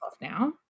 now